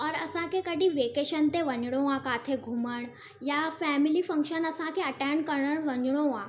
और असांखे कॾहिं वेकेशन ते वञिणो आहे किथे घुमणु या फैमिली फंक्शन असांखे अटेंड करणु वञिणो आहे